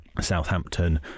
Southampton